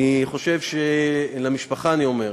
אני חושב, למשפחה אני אומר,